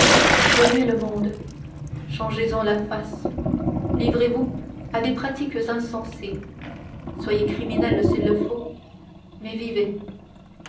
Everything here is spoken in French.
remuez le monde changez en la face livrez vous à des pratiques insensées soyez criminel s'il le faut mais vivez